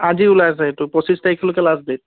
আজি ওলাইছে সেইটো পঁচিছ তাৰিখলৈকে লাষ্ট ডে'ট